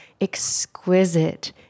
exquisite